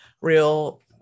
real